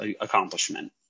accomplishment